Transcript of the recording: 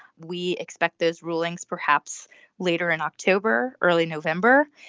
we expect those rulings perhaps later in october early november.